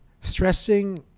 Stressing